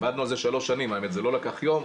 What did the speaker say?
עבדנו על זה שלוש שנים, זה לא לקח יום.